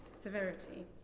severity